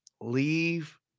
Leave